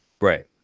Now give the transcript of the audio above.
right